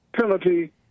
penalty